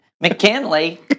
McKinley